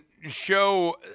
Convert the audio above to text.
Show